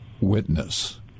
witness